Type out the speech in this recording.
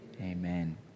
Amen